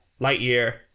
Lightyear